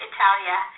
Italia